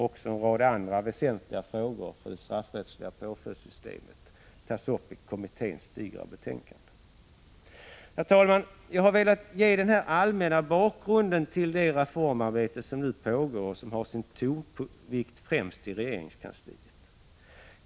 Också en rad andra för det straffrättsliga påföljdssystemet väsentliga frågor tas upp i kommitténs digra betänkande. Herr talman! Jag har velat ge den här allmänna bakgrunden till det reformarbete som nu pågår och som har sin tonvikt främst i regeringskansliet.